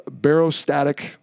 barostatic